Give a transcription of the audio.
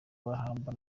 humble